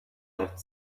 left